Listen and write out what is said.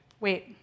Wait